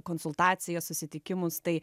konsultacijas susitikimus tai